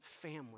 family